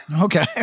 okay